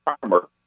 farmer